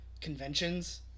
conventions